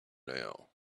now